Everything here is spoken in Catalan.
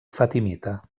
fatimita